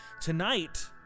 Tonight